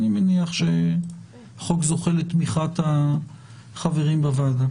אני מניח שהחוק זוכה לתמיכת החברים בוועדה.